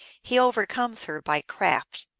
he overcomes her by craft.